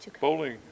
Bowling